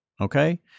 Okay